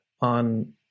on